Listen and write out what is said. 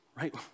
right